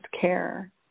care